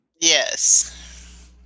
Yes